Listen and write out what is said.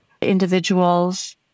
individuals